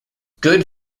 good